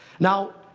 now,